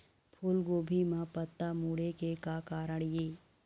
फूलगोभी म पत्ता मुड़े के का कारण ये?